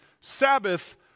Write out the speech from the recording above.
Sabbath